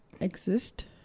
exist